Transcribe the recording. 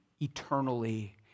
eternally